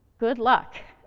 good luck.